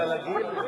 בגלל הגיל?